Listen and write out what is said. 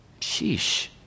Sheesh